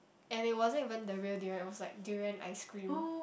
and it wasn't even the real durian it was like durian ice cream